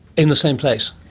in the same place?